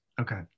okay